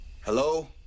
Hello